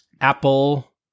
apple